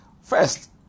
first